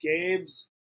gabe's